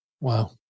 Wow